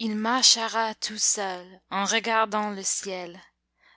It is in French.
il marchera tout seul en regardant le ciel